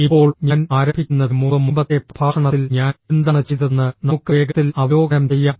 ഇപ്പോൾ ഞാൻ ആരംഭിക്കുന്നതിന് മുമ്പ് മുമ്പത്തെ പ്രഭാഷണത്തിൽ ഞാൻ എന്താണ് ചെയ്തതെന്ന് നമുക്ക് വേഗത്തിൽ അവലോകനം ചെയ്യാം